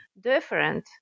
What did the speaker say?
different